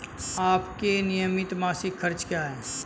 आपके नियमित मासिक खर्च क्या हैं?